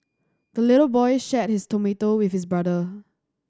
the little boy shared his tomato with his brother